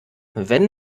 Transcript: wenn